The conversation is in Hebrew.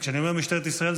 כשאני אומר משטרת ישראל,